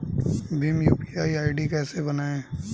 Bhim UPI ID कैसे बनाएं?